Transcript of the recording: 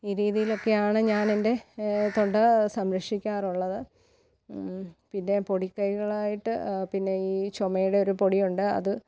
ഈ രീതിയിലൊക്കെയാണ് ഞാനെൻ്റെ തൊണ്ട സംരക്ഷിക്കാറുള്ളത് പിന്നെ പൊടിക്കൈകളായിട്ട് പിന്നെ ഈ ചുമയുടെ ഒരു പൊടിയുണ്ട് അത്